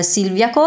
Silvia